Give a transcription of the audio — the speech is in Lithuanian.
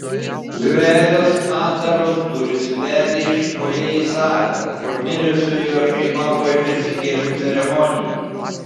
dvejos atdaros durys vedė iš fojė į salę kur mirusiojo šeima ruošėsi gėlių ceremonijai